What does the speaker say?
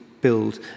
build